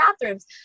bathrooms